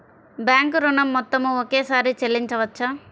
Bank ఋణం మొత్తము ఒకేసారి చెల్లించవచ్చా?